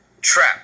Trap